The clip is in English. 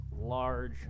large